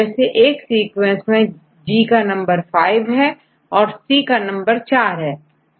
जैसे एक सीक्वेंस में G का नंबर 5 है औरC का नंबर4 है